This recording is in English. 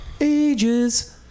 ages